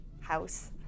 house